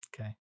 okay